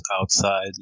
outside